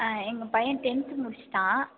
எங்கள் பையன் டென்த்து முடிச்சுட்டான்